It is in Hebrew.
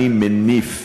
אני מניף